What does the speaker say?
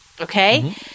Okay